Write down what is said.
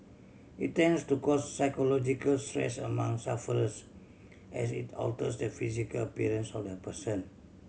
it tends to cause psychological stress among sufferers as it alters the physical appearance of the person